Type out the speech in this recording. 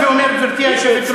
אבל,